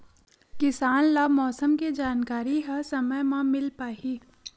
किसान ल मौसम के जानकारी ह समय म मिल पाही?